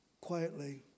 quietly